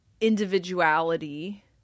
individuality